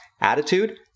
attitude